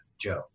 Joe